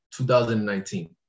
2019